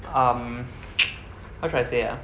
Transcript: um how should I say ah